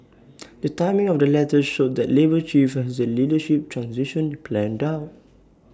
the timing of the letters showed that labour chief has the leadership transition planned out